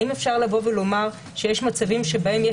האם אפשר לבוא ולומר שיש מצבים שבהם יש